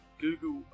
Google